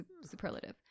superlative